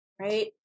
right